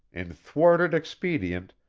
in thwarted expedient,